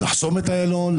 לחסום את אילון,